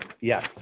Yes